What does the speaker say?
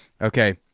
okay